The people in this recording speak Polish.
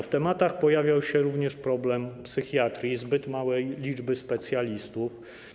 W tematach pojawiał się również problem psychiatrii, zbyt małej liczby specjalistów.